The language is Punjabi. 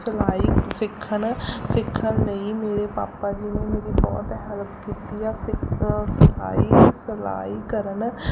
ਸਿਲਾਈ ਸਿੱਖਣ ਸਿੱਖਣ ਲਈ ਮੇਰੇ ਪਾਪਾ ਜੀ ਨੇ ਮੇਰੀ ਬਹੁਤ ਹੈਲਪ ਕੀਤੀ ਆ ਸਿਖ ਸਿਲਾਈ ਸਿਲਾਈ ਕਰਨ